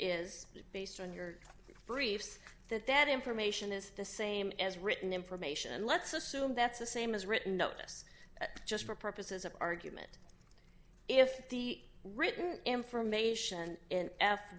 is based on your briefs that that information is the same as written information and let's assume that's the same as written notice that just for purposes of argument if the written information